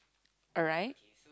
alright